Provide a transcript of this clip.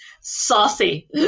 Saucy